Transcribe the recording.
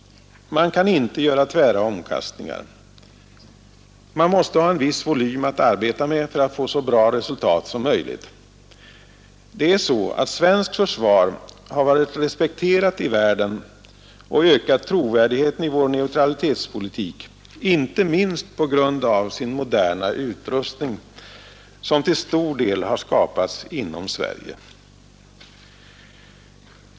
Man kan inte göra tvära omkastningar. Man måste ha en viss volym att arbeta med för att få så bra resultat som möjligt. Svenskt försvar har varit respekterat i världen — och det har ökat trovärdigheten i vår neutralitetspolitik — inte minst på grund av dess moderna utrustning, som till stor del har skapats inom Sverige.